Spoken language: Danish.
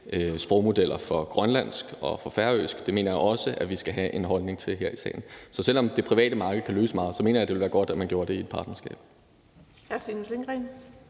sprogmodeller for grønlandsk og færøsk. Det mener jeg også at vi skal have en holdning til her i salen. Så selv om det private marked kan løse meget, mener jeg, at det ville være godt, at man gjorde det i et partnerskab.